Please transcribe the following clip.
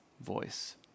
voice